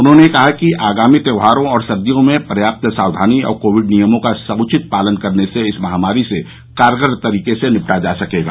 उन्होंने कहा कि आगामी त्योहारों और सर्दियों में पर्याप्त सावधानी और कोविड नियमों का समुचित पालन करने से इस महामारी से कारगर तरीके से निपटा जा सकेगा